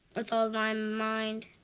with all thy mind,